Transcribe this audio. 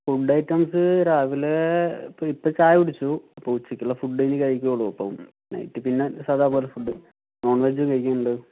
food items രാവിലെ ഇപ്പോൾ ഇപ്പോൾ ചായ കുടിച്ചു ഇപ്പോൾ ഉച്ചയ്ക്കുള്ള ഫുഡ് ഇനി കഴിക്കുകയുള്ളു അപ്പം നൈറ്റ് പിന്നെ സാധാരണപോലെ ഫുഡ് നോൺവെജും കഴിക്കലുണ്ട്